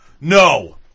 No